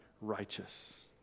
righteous